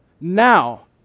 now